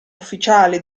ufficiale